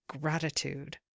gratitude